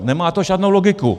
Nemá to žádnou logiku.